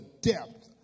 depth